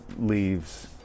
leaves